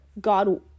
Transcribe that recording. God